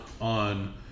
on